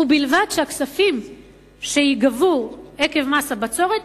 ובלבד שהכספים שייגבו עקב מס הבצורת